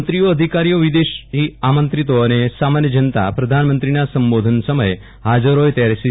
મંત્રીઓઅધિકારીઓ વિદેશી આમંત્રિતો અને સામાન્ય જનતા પ્રધાનમંત્રીના સંબોધન સમયે હાજર હોય ત્યારે સી